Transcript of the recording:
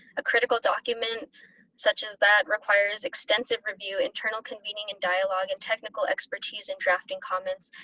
a critical document such as that requires extensive review, internal convening and dialogue, and technical expertise in drafting comments,